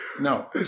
No